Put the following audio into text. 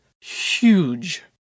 huge